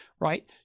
right